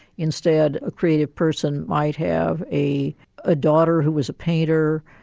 instead a creative person might have a a daughter who was a painter,